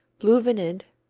blue vinid,